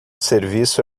serviço